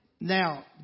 Now